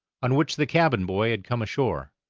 on which the cabin boy had come ashore.